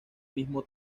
mismo